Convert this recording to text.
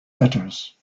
letters